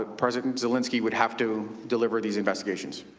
ah president zelensky would have to deliver these investigations.